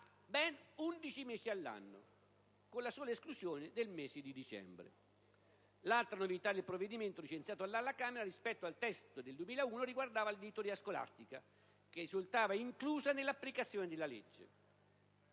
undici mesi all'anno, con la sola esclusione del mese di dicembre. L'altra novità del provvedimento licenziato dalla Camera dei deputati rispetto al testo del 2001 riguardava l'editoria scolastica, che risultava inclusa nell'applicazione della legge.